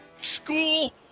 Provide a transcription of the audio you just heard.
school